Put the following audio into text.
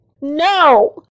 No